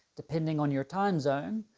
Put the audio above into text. depending on your time zone,